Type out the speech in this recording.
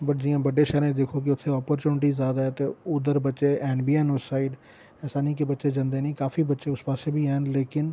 but जियां बड्डे शैह्रें च दिक्खो कि उत्थै ओपरच्यूनिटी ज्यादा ऐ ते उद्धर बच्चे हैन बी हैन उस साइड ऐसा नेईं कि बच्चे जंदे काफी बच्चे उस पास्सै बी हैन लेकिन